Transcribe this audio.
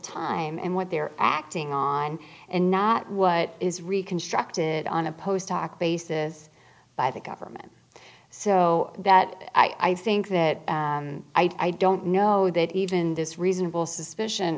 time and what they're acting on and not what is reconstructed on a post hoc basis by the government so that i think that i don't know that even this reasonable suspicion